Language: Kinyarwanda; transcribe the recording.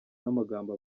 n’amagambo